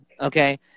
okay